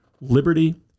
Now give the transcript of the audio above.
liberty